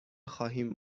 خواهیم